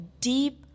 deep